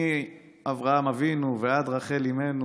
מאברהם אבינו ועד רחל אימנו,